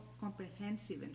comprehensive